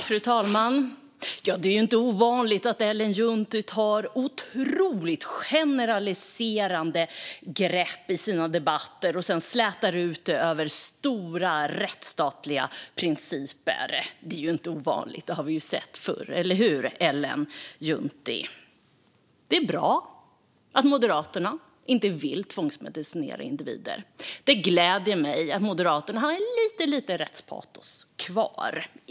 Fru talman! Det är inte ovanligt att Ellen Juntti tar otroligt generaliserande grepp i sina debatter och sedan slätar ut det över stora, rättsstatliga principer. Det är inte ovanligt, utan det har vi sett förr - eller hur, Ellen Juntti? Det är bra att Moderaterna inte vill tvångsmedicinera individer. Det gläder mig att Moderaterna har en liten gnutta rättspatos kvar.